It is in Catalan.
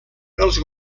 els